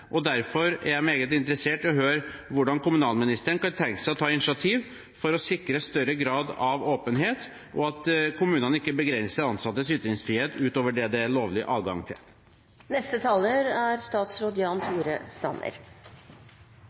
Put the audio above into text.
Derfor er jeg meget interessert i å høre hvordan kommunalministeren kan tenke seg å ta initiativ for å sikre større grad av åpenhet og at kommunene ikke begrenser ansattes ytringsfrihet utover det det er lovlig adgang til.